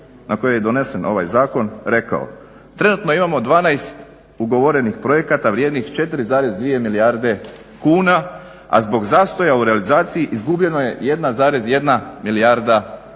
na kojoj je donesen ovaj zakon rekao "trenutno imamo 12 ugovorenih projekata vrijednih 4,2 milijarde kuna, a zbog zastoja u realizaciji izgubljeno je 1,1 milijarda kuna.